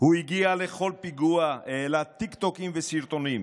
הוא הגיע לכל פיגוע, העלה טיקטוקים וסרטונים,